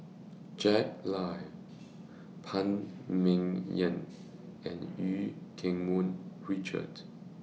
Jack Lai Phan Ming Yen and EU Keng Mun Richard